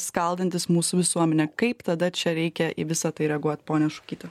skaldantis mūsų visuomenę kaip tada čia reikia į visa tai reaguot ponia šukyte